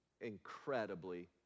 Incredibly